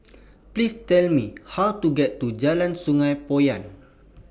Please Tell Me How to get to Jalan Sungei Poyan